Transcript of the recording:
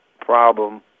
problem